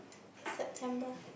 September